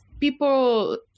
People